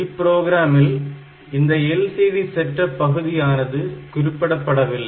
இப் ப்ரோக்ராமில் இந்த LCD செட்அப் பகுதியானது குறிப்பிடப்படவில்லை